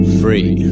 free